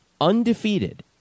undefeated